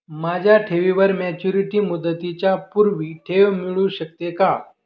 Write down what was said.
माझ्या ठेवीवर मॅच्युरिटी मुदतीच्या पूर्वी ठेव मिळू शकते का?